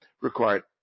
required